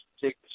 take